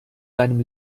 deinem